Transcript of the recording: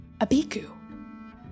Abiku